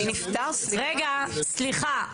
רגע, סליחה.